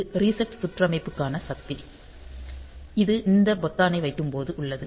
இது ரீசெட் சுற்றமைப்புக்கான சக்தி இது இந்த பொத்தானை வைக்கும்போது உள்ளது